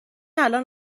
الان